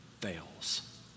fails